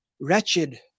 wretched